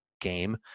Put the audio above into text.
game